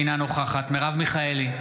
אינה נוכחת מרב מיכאלי,